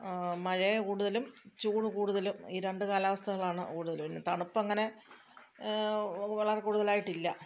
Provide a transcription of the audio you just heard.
മഴ കൂടുതലും ചൂട് കൂടുതലും ഈ രണ്ട് കാലാവസ്ഥകളാണ് കൂടുതല് പിന്നെ തണുപ്പങ്ങനെ വളരെ കൂടുതലായിട്ടില്ല